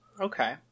Okay